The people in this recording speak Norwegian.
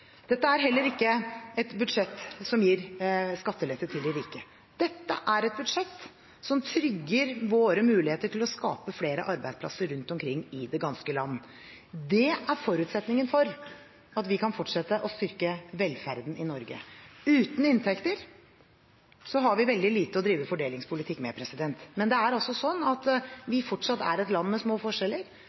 Dette er heller ikke et budsjett som gir skattelette til de rike. Dette er et budsjett som trygger våre muligheter til å skape flere arbeidsplasser rundt omkring i det ganske land. Det er forutsetningen for at vi kan fortsette å styrke velferden i Norge. Uten inntekter har vi veldig lite å drive fordelingspolitikk med, men Norge er fortsatt et land med små forskjeller.